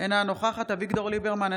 אינה נוכחת אביגדור ליברמן,